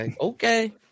Okay